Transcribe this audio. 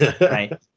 Right